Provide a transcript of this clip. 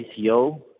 ICO